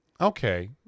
Okay